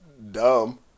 Dumb